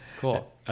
Cool